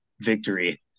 victory